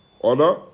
honor